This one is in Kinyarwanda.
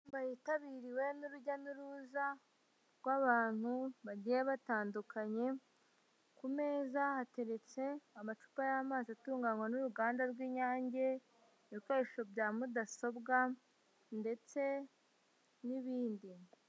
Inama yitabiriwe n'urujya n'uruza rw'abantu bagiye batandukanye, ku meza hateretse amacupa y'amazi atunganywa n'uruganda rw'inyange, ibikoresho bya mudasobwa ndetse n'ibindi.